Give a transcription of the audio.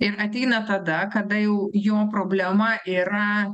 ir ateina tada kada jau jo problema yra